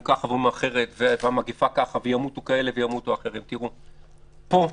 שאומרים ככה ואחרת וימותו ככה או אחרת פה,